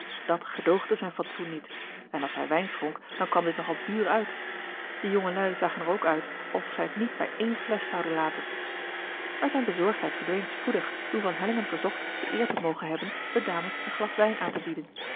dat gedoogde zijn fatsoen niet en als hij wijn schonk dan kwam dit nog al duur uit die jongelui zagen er ook uit of zij het niet bij één flesch zouden laten maar zijne bezorgdheid verdween spoedig toen van hellingen verzocht de eer te mogen hebben de dames een glas wijn aan te bieden